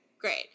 Great